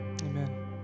Amen